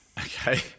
Okay